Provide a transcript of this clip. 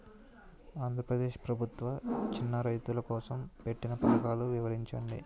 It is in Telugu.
ఆంధ్రప్రదేశ్ ప్రభుత్వ చిన్నా రైతుల కోసం పెట్టిన పథకాలు వివరించండి?